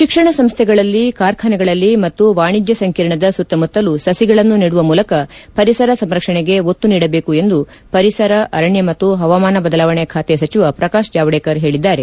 ಶಿಕ್ಷಣ ಸಂಸ್ಥೆಗಳಲ್ಲಿ ಕಾರ್ಖಾನೆಗಳಲ್ಲಿ ಮತ್ತು ವಾಣಿಜ್ಯ ಸಂಕೀರ್ಣದ ಸುತ್ತಮುತ್ತಲೂ ಸಸಿಗಳನ್ನು ನೆದುವ ಮೂಲಕ ಪರಿಸರ ಸಂರಕ್ಷಣೆಗೆ ಒತ್ತು ನೀಡಬೇಕು ಎಂದು ಪರಿಸರ ಅರಣ್ಯ ಮತ್ತು ಹವಾಮಾನ ಬದಲಾವಣೆ ಖಾತೆ ಸಚಿವ ಪ್ರಕಾಶ್ ಜಾವಡೇಕರ್ ಹೇಳಿದ್ದಾರೆ